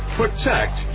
protect